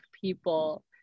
people